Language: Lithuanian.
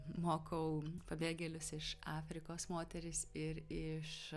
mokau pabėgėlius iš afrikos moteris ir iš